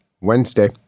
Wednesday